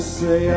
say